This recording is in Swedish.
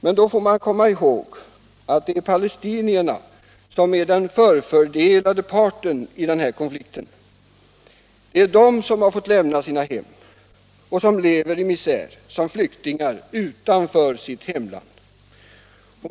Men då får man komma ihåg att det är palestinierna som är den förfördelade parten i konflikten. Det är de som fått lämna sina hem och som lever i misär som flyktingar utanför sitt hemland.